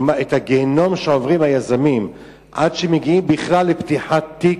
כי הגיהינום שעוברים היזמים עד שמגיעים בכלל לפתיחת תיק,